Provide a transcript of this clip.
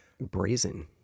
Brazen